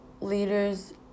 leaders